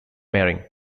marrying